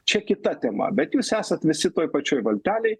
čia kita tema bet jūs esat visi toj pačioj valtelėj